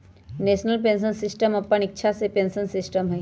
national pension system अप्पन इच्छा के पेंशन सिस्टम हइ